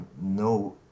no